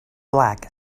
black